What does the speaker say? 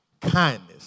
kindness